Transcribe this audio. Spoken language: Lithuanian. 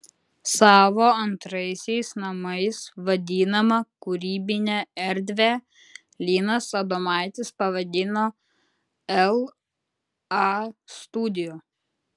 savo antraisiais namais vadinamą kūrybinę erdvę linas adomaitis pavadino la studio